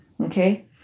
Okay